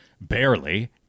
barely